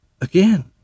again